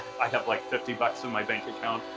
i have like fifty bucks in my bank account,